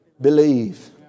believe